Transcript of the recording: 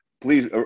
Please